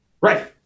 Right